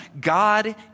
God